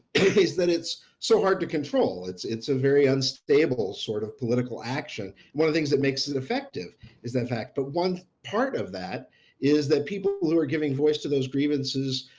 is that it's so hard to control. it's it's a very unstable sort of political action. one of the things that makes it effective is that fact, but one part of that is that people who are giving voice to those grievances.